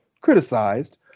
criticized